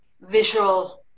visual